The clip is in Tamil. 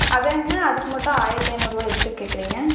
அது ஏங்க அதுக்கு மட்டும் ஆயிரத்து ஐந்நூறுவா எச்சு கேட்குறீங்க